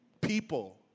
people